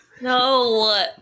No